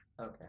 Okay